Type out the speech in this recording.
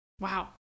Wow